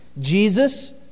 Jesus